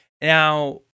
Now